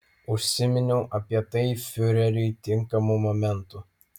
užsiminiau apie tai fiureriui tinkamu momentu